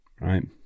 right